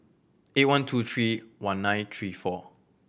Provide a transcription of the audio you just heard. eight one two three one nine three four